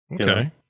okay